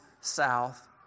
south